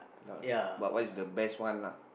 okay lah but what's the best one lah